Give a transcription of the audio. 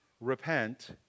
repent